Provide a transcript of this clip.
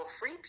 free